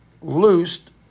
loosed